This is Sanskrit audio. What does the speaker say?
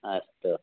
अस्तु